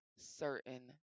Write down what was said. certain